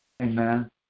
Amen